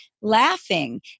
laughing